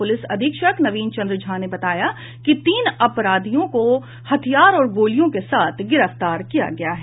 प्रलिस अधीक्षक नवीन चंद्र झा ने बताया कि तीन अपराधियों को हथियार और गोलियों के साथ गिरफ्तार किया गया है